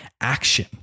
action